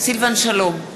סילבן שלום,